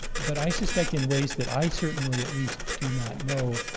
but i suspect in ways that i, certainly at least, do not know,